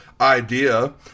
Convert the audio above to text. idea